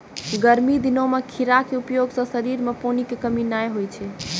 गर्मी दिनों मॅ खीरा के उपयोग सॅ शरीर मॅ पानी के कमी नाय होय छै